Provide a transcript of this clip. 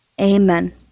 Amen